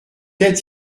être